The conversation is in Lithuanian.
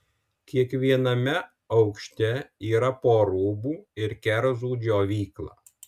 kiekviename aukšte yra po rūbų ir kerzų džiovyklą